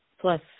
plus